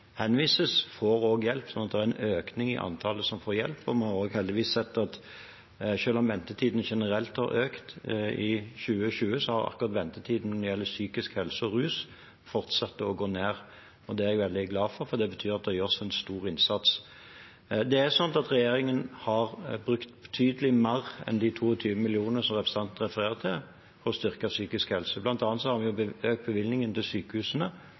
henvises, får hjelp. Det er en økning i antallet som får hjelp, og vi har også heldigvis sett at selv om ventetiden generelt har økt i 2020, så har ventetiden akkurat når det gjelder psykisk helse og rus, fortsatt å gå ned. Det er jeg veldig glad for, for det betyr at det gjøres en stor innsats. Regjeringen har brukt betydelig mer enn de 22 millionene som representanten refererer til, på å styrke psykisk helse. Blant annet har vi økt bevilgningen til sykehusene